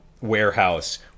warehouse